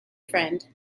friend